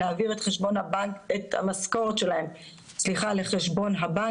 להעביר את המשכורת שלהם לחשבון הבנק.